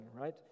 right